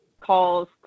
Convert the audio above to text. calls